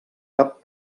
cap